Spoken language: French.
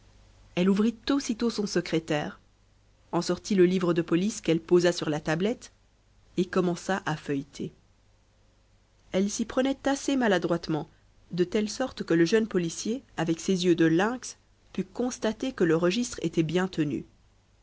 elle ouvrit aussitôt son secrétaire en sortit le livre de police qu'elle posa sur la tablette et commença à feuilleter elle s'y prenait assez maladroitement de telle sorte que le jeune policier avec ses yeux de lynx put constater que le registre était bien tenu